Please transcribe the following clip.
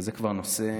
וזה כבר נושא,